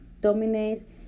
dominate